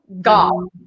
golf